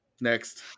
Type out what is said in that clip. Next